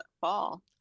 fall